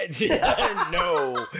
No